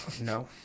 No